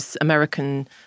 American